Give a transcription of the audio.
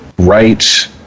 rights